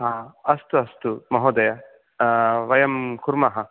अस्तु अस्तु महोदय वयं कुर्मः